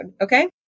okay